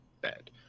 bad